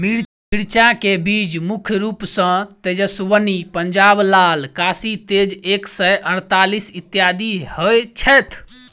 मिर्चा केँ बीज मुख्य रूप सँ तेजस्वनी, पंजाब लाल, काशी तेज एक सै अड़तालीस, इत्यादि होए छैथ?